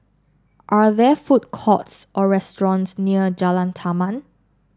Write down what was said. are there food courts or restaurants near Jalan Taman